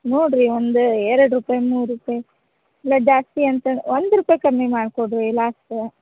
ನೋಡಿರಿ ಒಂದು ಎರಡು ರೂಪಾಯಿ ಮೂರು ರೂಪಾಯಿ ಇಲ್ಲ ಜಾಸ್ತಿ ಅಂತ ಒಂದು ರೂಪಾಯಿ ಕಡ್ಮೆ ಮಾಡಿಕೊಡ್ರಿ ಲಾಸ್ಟ